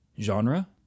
genre